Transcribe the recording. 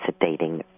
sedating